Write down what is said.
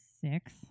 six